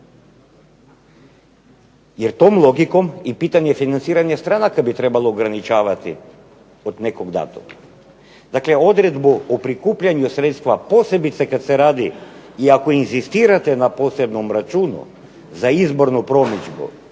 Jer tom logikom i pitanje financiranje stranka bi trebalo ograničavati od nekog datuma. Dakle, odredbu o prikupljanju sredstava posebice kada se radi i ako inzistirate na posebnom računu za izbornu promidžbu,